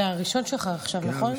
זה הראשון שלך עכשיו, נכון?